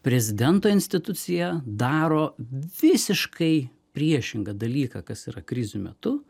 prezidento institucija daro visiškai priešingą dalyką kas yra krizių metu